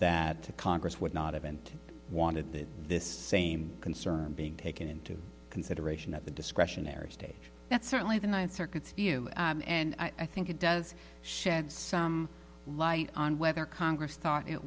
that congress would not have and wanted this same concern being taken into consideration at the discretionary stage that's certainly the ninth circuit's view and i think it does shed some light on whether congress thought it